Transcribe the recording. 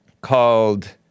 called